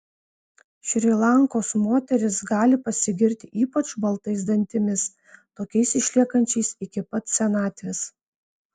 šri lankos moterys gali pasigirti ypač baltais dantimis tokiais išliekančiais iki pat senatvės